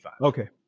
Okay